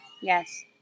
Yes